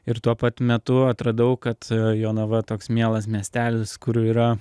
ir tuo pat metu atradau kad jonava toks mielas miestelis kur yra